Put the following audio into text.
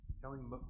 telling